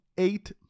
eight